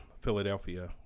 Philadelphia